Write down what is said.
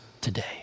today